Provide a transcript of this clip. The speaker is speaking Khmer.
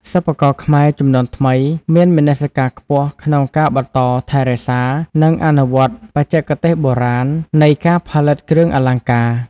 សិប្បករខ្មែរជំនាន់ថ្មី មានមនសិការខ្ពស់ក្នុងការបន្ត ថែរក្សា និងអនុវត្តបច្ចេកទេសបុរាណ នៃការផលិតគ្រឿងអលង្ការ។